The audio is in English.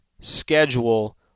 schedule